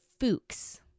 fuchs